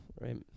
Right